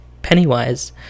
Pennywise